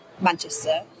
Manchester